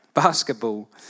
Basketball